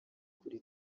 kuri